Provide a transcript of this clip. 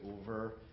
over